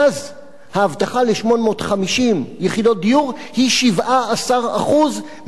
ההבטחה ל-850 יחידות דיור היא 17% מהצורך